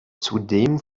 zudem